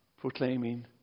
proclaiming